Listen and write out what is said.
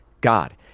God